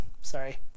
Sorry